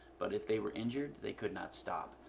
but if they were injured, they could not stop.